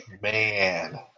Man